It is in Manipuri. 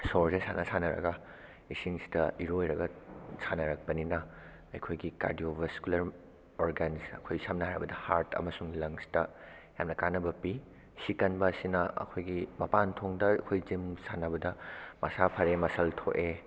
ꯁꯣꯔꯁꯦ ꯁꯥꯟꯅ ꯁꯥꯟꯅꯔꯒ ꯏꯁꯤꯡꯁꯤꯗ ꯏꯔꯣꯏꯔꯒ ꯁꯥꯟꯅꯔꯛꯄꯅꯤꯅ ꯑꯩꯈꯣꯏꯒꯤ ꯀꯥꯔꯗꯤꯌꯣꯕꯥꯁꯀꯨꯂꯔ ꯑꯣꯔꯒꯥꯟꯁ ꯑꯩꯈꯣꯏ ꯁꯝꯅ ꯍꯥꯏꯔꯕꯗ ꯍꯥꯔꯠꯇ ꯑꯃꯁꯨꯡ ꯂꯪꯁꯇ ꯌꯥꯝꯅ ꯀꯥꯟꯅꯕ ꯄꯤ ꯁꯤ ꯀꯟꯕ ꯑꯁꯤꯅ ꯑꯩꯈꯣꯏꯒꯤ ꯃꯄꯥꯟ ꯊꯣꯡꯗ ꯑꯩꯈꯣꯏ ꯖꯤꯝ ꯁꯥꯟꯅꯕꯗ ꯃꯁꯥ ꯃꯐꯦ ꯃꯁꯜ ꯊꯣꯛꯑꯦ